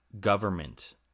government